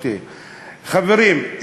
חברים,